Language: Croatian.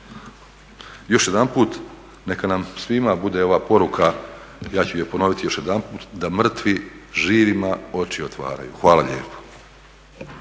još jedanput neka nam svima bude ova poruka ja ću je ponoviti još jedanput da mrtvi živima oči otvaraju. Hvala lijepo.